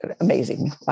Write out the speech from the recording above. Amazing